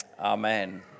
amen